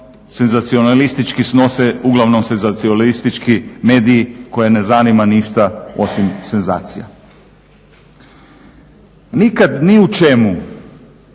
senzacionalistički snose, uglavnom senzacionalistički mediji koje ne zanima ništa osim senzacija. Nikad ni u čemu